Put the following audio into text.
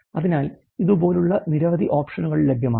അതിനാൽ ഇതുപോലുള്ള നിരവധി ഓപ്ഷനുകൾ ലഭ്യമാണ്